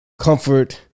comfort